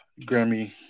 Grammy